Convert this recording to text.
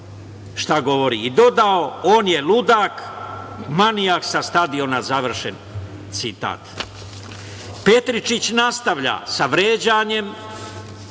šta govori, i dodao: „on je ludak, manijak sa stadiona“, završen citat. Petričić nastavlja sa vređanjem